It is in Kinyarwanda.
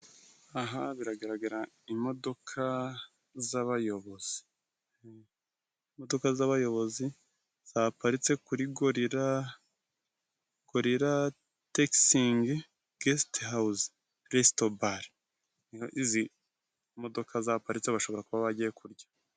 Aha biragaragara imodoka z'abayobozi. Imodoka z'abayobozi zaparitse kuri Gorila, Gorila tekisingi gesite hawuzi resitobare. Izi modoka zaparitse bashobora kuba bagiye kurya.